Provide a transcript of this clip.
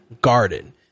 Garden